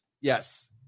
yes